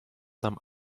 tam